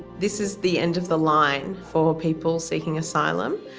this is the end of the line for people seeking asylum.